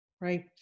Right